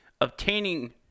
obtaining